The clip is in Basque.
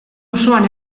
osoan